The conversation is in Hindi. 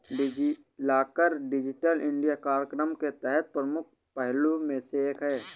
डिजिलॉकर डिजिटल इंडिया कार्यक्रम के तहत प्रमुख पहलों में से एक है